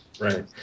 Right